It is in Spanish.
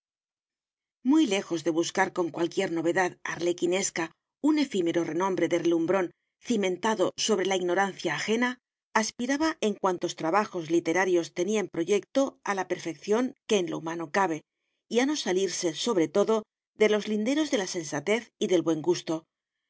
muy lejos de buscar con cualquier novedad arlequinesca un efímero renombre de relumbrón cimentado sobre la ignorancia ajena aspiraba en cuantos trabajos literarios tenía en proyecto a la perfección que en lo humano cabe y a no salirse sobre todo de los linderos de la sensatez y del buen gusto